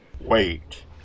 Wait